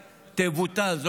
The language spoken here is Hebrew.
תבוטל.